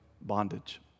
bondage